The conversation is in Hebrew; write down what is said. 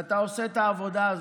אתה עושה את העבודה הזאת.